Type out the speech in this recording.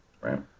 right